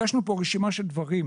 הגשנו כאן רשימה של דברים.